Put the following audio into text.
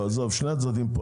שני הצדדים.